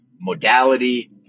modality